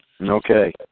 Okay